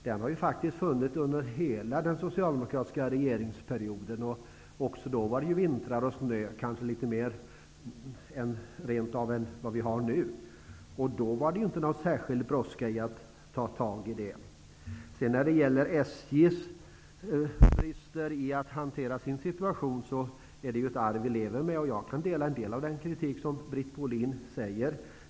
Den har faktiskt funnits under hela den socialdemokratiska regeringsperioden. Också då var det vintrar med snö -- kanske rentav litet mer än vad vi har nu. Då var det inte någon särskild brådska med att ta tag i dessa arbeten. SJ:s brister i att hantera sin situation är ett arv vi lever med. Jag kan dela en del av den kritik Britt Bohlin ger.